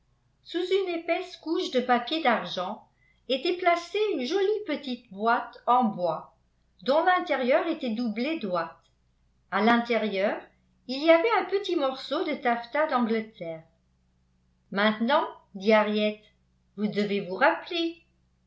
sous une épaisse couche de papier d'argent était placée une jolie petite boîte en bois dont l'intérieur était doublé d'ouate à l'intérieur il y avait un petit morceau de taffetas d'angleterre maintenant dit henriette vous devez vous rappeler